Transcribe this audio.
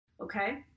okay